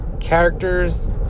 Characters